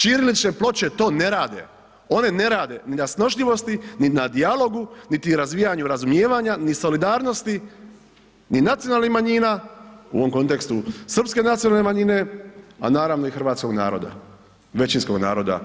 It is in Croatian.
Ćirilične ploče to ne rade, one ne rade ni na snošljivosti, ni na dijalogu, niti razvijanu razumijevanja, ni solidarnosti ni nacionalnih manjina u ovom kontekstu srpske nacionalne manjine, a naravno i hrvatskog naroda, većinskog naroda